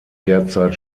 derzeit